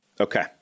okay